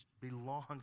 belongs